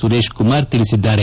ಸುರೇಶ್ಕುಮಾರ್ ತಿಳಿಸಿದ್ದಾರೆ